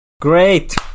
Great